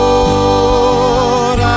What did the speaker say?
Lord